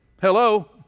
Hello